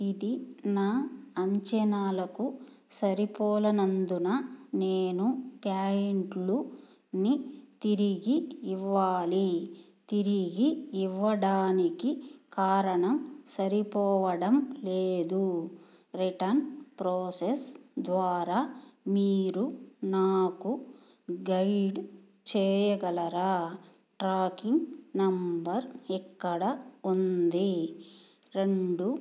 ఇది నా అంచనాలకు సరిపోనందున నేను ప్యాంట్లు ని తిరిగి ఇవ్వాలి తిరిగి ఇవ్వడానికి కారణం సరిపోవడం లేదు రిటన్ ప్రాసెస్ ద్వారా మీరు నాకు గైడ్ చేయగలరా ట్రాకింగ్ నెంబర్ ఇక్కడ ఉంది రెండు